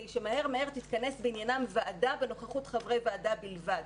שמהר תתכנס בעניינם ועדה בנוכחות חברי ועדה בלבד.